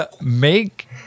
make